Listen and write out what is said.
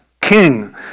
king